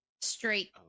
Straight